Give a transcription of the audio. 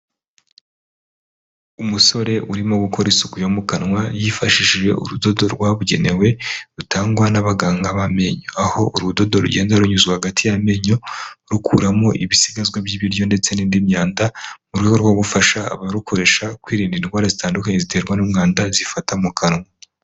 Umusore urimo gukora isuku yo mu kanwa yifashishije urudodo rwabugenewe rutangwa n'abaganga b'amenyo, aho urudodo rugenda runyuzwa hagati y'amenyo rukuramo ibisigazwa by'ibiryo ndetse n'indi myanda mu rwego rwo gufasha abarukoresha kwirinda indwara zitandukanye ziterwa n'umwanda zifata mu kanwa.